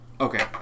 Okay